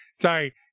Sorry